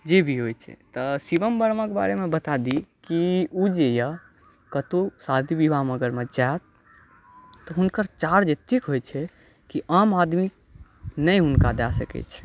जे भी होइ छै तऽ शिवम् वर्माके बारेमे बता दी कि ओ जे यऽ कतहु शादी विवाहमे अगर जायत तऽ हुनकर चार्ज एतेक होइ छै कि आम आदमी नहि हुनका दय सकै छै